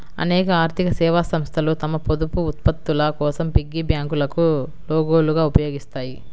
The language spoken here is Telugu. అనేక ఆర్థిక సేవా సంస్థలు తమ పొదుపు ఉత్పత్తుల కోసం పిగ్గీ బ్యాంకులను లోగోలుగా ఉపయోగిస్తాయి